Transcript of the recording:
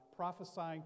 Prophesying